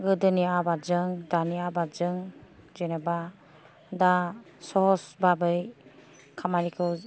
गोदोनि आबादजों दानि आबादजों जेनोबा दा सहस बाबै खामानिखौ